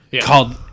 Called